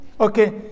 Okay